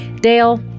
Dale